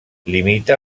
limita